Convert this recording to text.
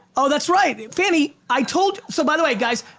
oh that's right. fanny i told, so by the way guys,